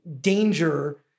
danger